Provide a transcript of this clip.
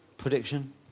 Prediction